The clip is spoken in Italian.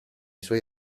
suoi